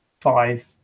five